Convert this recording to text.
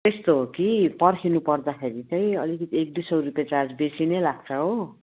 यस्तो हो कि पर्खिनु पर्दाखेरि चाहिँ अलिकति एकदुई सय रुपियाँ चार्ज बेसी नै लाग्छ हो